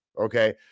Okay